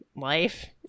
life